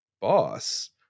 boss